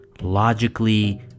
logically